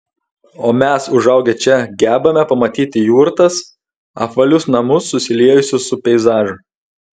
o mes užaugę čia gebame pamatyti jurtas apvalius namus susiliejusius su peizažu